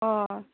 अ